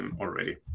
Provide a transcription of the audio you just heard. already